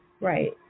Right